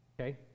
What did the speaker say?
okay